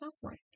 suffering